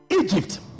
Egypt